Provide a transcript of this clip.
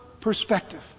perspective